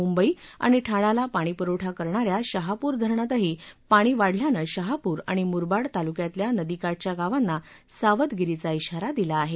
मुंबई आणि ठाण्याला पाणीपुरवठा करणा या शहापूर धरणातही पाणी वाढल्यानं शहापूर आणि मुरबाड तालुक्यातल्या नदीकाठच्या गावांना सावधगिरीचा शााा दिला आहे